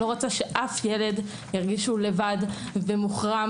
אני לא רוצה שאף ילד ירגיש שהוא לבד ושהוא מוחרם